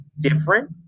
different